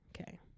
Okay